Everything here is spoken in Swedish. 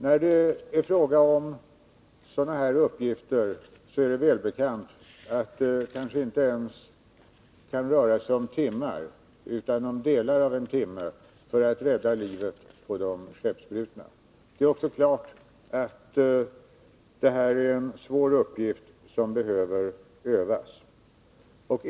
När det är fråga om sådana här uppgifter är det välbekant att det kanske inte ens rör sig om timmar utan om delar av en timme för att rädda livet på de skeppsbrutna. Det är också klart att det är svåra uppgifter som behöver övas.